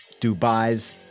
Dubai's